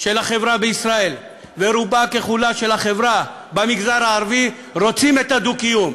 של החברה בישראל ורובה ככולה של החברה במגזר הערבי רוצים את הדו-קיום,